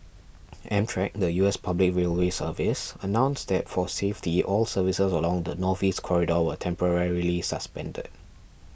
Amtrak the U S public railway service announced that for safety all services along the Northeast Corridor were temporarily suspended